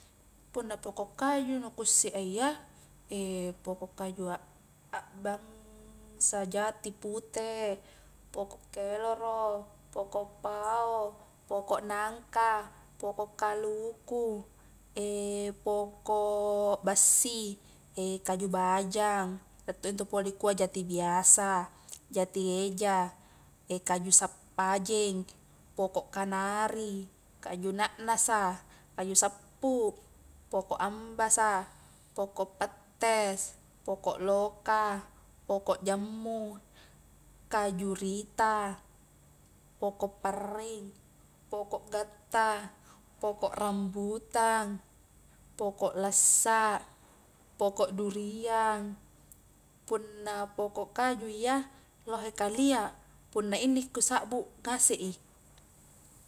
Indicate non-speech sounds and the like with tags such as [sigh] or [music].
Punna poko kaju nu kusse a iya, [hesitation] poko kaju [hesitation] abangsa jati pute, pokok keloro, poko pao, poko nangka, poko kaluku, [hesitation] poko bassi, [hesitation] kaju bajang, rie ntu pole dikua jati biasa, jati eja, [hesitation] kaju samppajeng, poko kanari, kaju na nasa, kaju sappu, poko ambasa, poko pattes, poko loka, poko jammu, kaju rita, poko parring, poko gatta, poko rambutang, poko lassa, poko durian, punnapoko kaju iya lohe kalia punna inne ku sabbu ngase i.